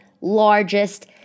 largest